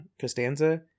Costanza